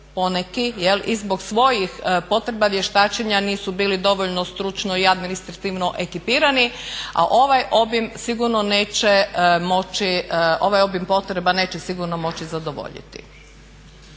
i zbog svojih potreba vještačenja nisu bili dovoljno stručno i administrativno ekipirani, a ovaj obim potreba sigurno neće moći zadovoljiti.